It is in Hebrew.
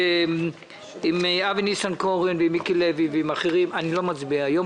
אם אני אבצע אותו מהר יותר,